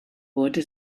wurde